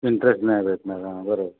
interest नाही भेटणार हां बरोबर